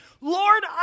Lord